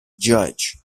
judge